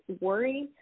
worry